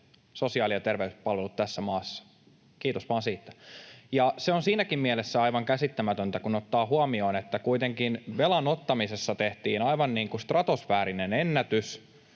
sosiaali- ja terveyspalvelut tässä maassa — kiitos vaan siitä. Ja se on siinäkin mielessä aivan käsittämätöntä, kun ottaa huomioon, että kuitenkin velan ottamisessa tehtiin aivan niin kuin stratosfäärinen ennätys